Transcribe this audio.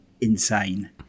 insane